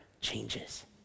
changes